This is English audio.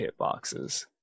hitboxes